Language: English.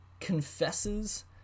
confesses